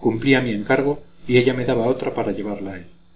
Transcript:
cumplía mi encargo y ella me daba otra para llevarla a él